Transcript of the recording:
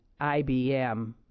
IBM